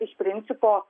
iš principo